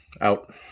Out